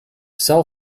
cell